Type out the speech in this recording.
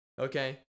Okay